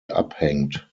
abhängt